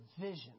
vision